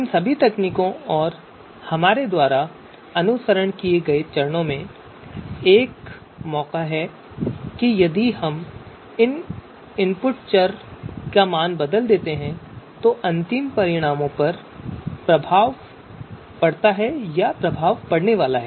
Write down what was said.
इन सभी तकनीकों और हमारे द्वारा अनुसरण किए गए चरणों में एक मौका है कि यदि हम इनपुट चर मानों को बदलते हैं तो इसका अंतिम परिणामों पर प्रभाव पड़ने वाला है